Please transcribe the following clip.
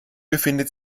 befindet